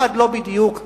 אחד לא בדיוק ככה,